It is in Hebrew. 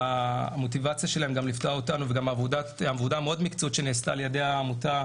המוטיבציה שלהם והעבודה המאוד מקצועית שנעשתה ע"י העמותה